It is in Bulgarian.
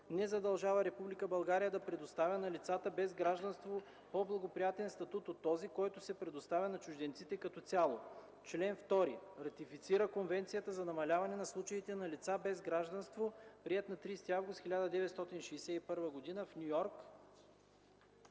не задължава Република България да предоставя на лицата без гражданство по-благоприятен статут от този, който се предоставя на чужденците като цяло.” Чл. 2. Ратифицира Конвенцията за намаляване на случаите на лица без гражданство, приета на 30 август 1961 г. в Ню Йорк.